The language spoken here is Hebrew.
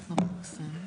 אני מתנצל אבל בבקשה לקצר